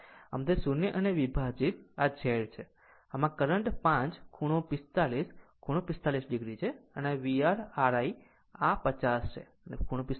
આમ તે 0 અને વિભાજિત આ Z છે આમ આ કરંટ 5 ખૂણો 45 5 ખૂણો 45 o છે અને આ VR R I આ 50 છે